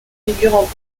figurent